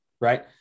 right